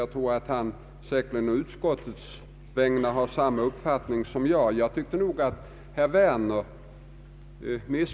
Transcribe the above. Jag tror säkert att utskotismajoriteten och herr Högström har samma uppfattning som jag, även om herr Högström inte sade någonting på denna punkt.